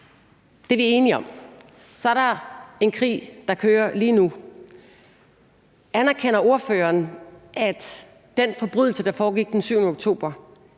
det er vi enige om, så er der en krig, der kører lige nu. Anerkender ordføreren, at den forbrydelse, der blev begået den 7. oktober,